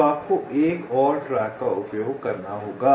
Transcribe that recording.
तो आपको एक और ट्रैक का उपयोग करना होगा